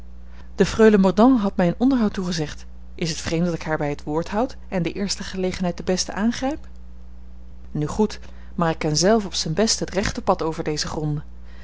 de freule mordaunt had mij een onderhoud toegezegd is het vreemd dat ik haar bij het woord houd en de eerste gelegenheid de beste aangrijp nu goed maar ik ken zelve op zijn best het rechte pad over deze gronden